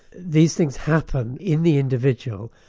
these things happen in the individual,